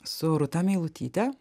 su rūta meilutyte